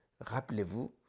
Rappelez-vous